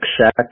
Shack